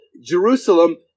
Jerusalem